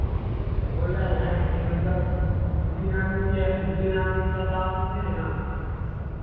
बोल रहे हैं के मतलब दो तीन आदमी के दो तीन आदमी के साथ आ सकते हैं ना